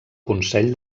consell